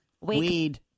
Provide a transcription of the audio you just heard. Weed